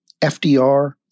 FDR